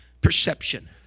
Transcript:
perception